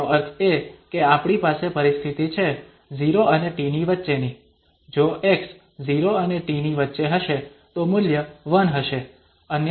તેનો અર્થ એ કે આપણી પાસે પરિસ્થિતિ છે 0 અને t ની વચ્ચેની જો x 0 અને t ની વચ્ચે હશે તો મૂલ્ય 1 હશે